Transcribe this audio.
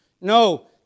No